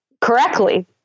correctly